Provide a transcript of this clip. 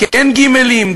כן גימלים,